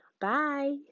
Bye